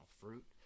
fruit